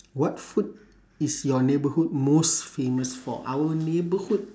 what food is your neighbourhood most famous for our neighbourhood